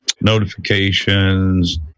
notifications